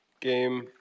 game